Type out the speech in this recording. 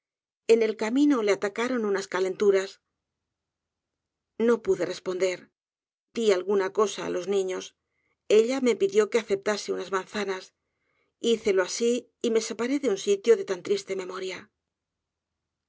en él camino le atacaron unas calenturas no pude responder di alguna cosa á los hiflós ella me pidió que acéptase unas manzanas hícelo asi y me separé de un sitio de tan triste memoria